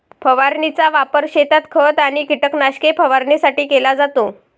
फवारणीचा वापर शेतात खत आणि कीटकनाशके फवारणीसाठी केला जातो